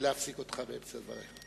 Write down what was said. להפסיק אותך באמצע דבריך.